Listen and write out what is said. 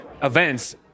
events